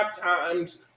times